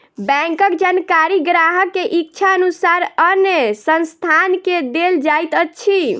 बैंकक जानकारी ग्राहक के इच्छा अनुसार अन्य संस्थान के देल जाइत अछि